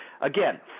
Again